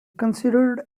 considered